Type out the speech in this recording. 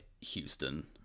Houston